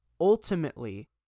ultimately